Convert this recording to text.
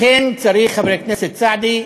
צריך, חבר הכנסת סעדי,